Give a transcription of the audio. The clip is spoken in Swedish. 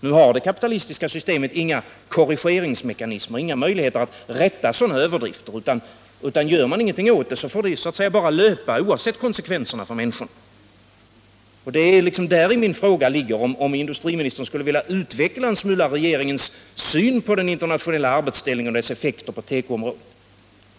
Nu har det kapitalistiska systemet inga korrigeringsmekanismer, inga möjligheter att rätta till sådana överdrifter, och gör man ingenting åt det får det så att säga bara löpa oavsett konsekvenserna för människorna. Och däri ligger min fråga: Skulle industriministern något vilja utveckla regeringens syn på den internationella arbetsfördelningen och dess effekter på tekoområdet?